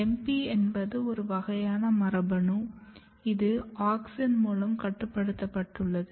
MP என்பது ஒரு வகையான மரபணு இது ஆக்ஸின் மூலம் கட்டுப்படுத்தப்பட்டுள்ளது